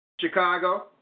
Chicago